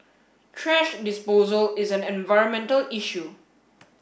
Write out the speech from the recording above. thrash disposal is an environmental issue